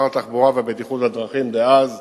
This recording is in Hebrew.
שר התחבורה והבטיחות בדרכים דאז.